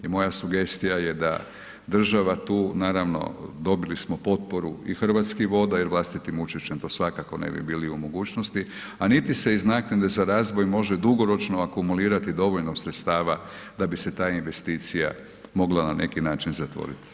I moja sugestija je da država tu, naravno dobili smo potporu i Hrvatskih voda je vlastitim učešćem to svakako ne bi bili u mogućnosti a niti se iz naknade za razvoj može dugoročno akumulirati dovoljno sredstava da bi se ta investicija mogla na neki način zatvoriti.